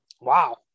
Wow